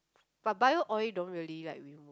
but bio oil don't really like remove